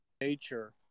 nature